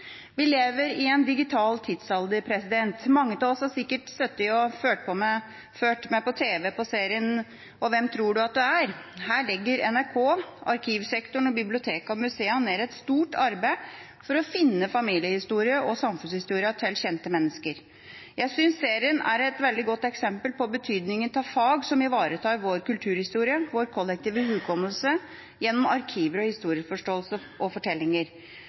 Vi lever i en digital tidsalder. Mange av oss har sikkert sittet og fulgt med i tv-serien «Hvem tror du at du er?». Her legger NRK, arkivsektoren, bibliotekene og museene ned et stort arbeid for å finne familiehistorien og samfunnshistorien til kjente mennesker. Jeg synes serien er et veldig godt eksempel på betydningen av fag som ivaretar vår kulturhistorie og vår kollektive hukommelse gjennom arkiver, historieforståelse og fortellinger.